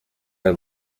are